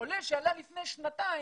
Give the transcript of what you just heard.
עולה שעלה לפני שנתיים,